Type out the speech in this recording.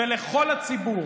ולכל הציבור.